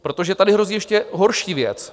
Protože tady hrozí ještě horší věc.